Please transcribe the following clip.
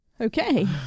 Okay